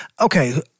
Okay